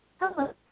Hello